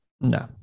No